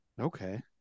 Okay